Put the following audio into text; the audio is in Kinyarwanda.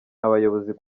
abayobozi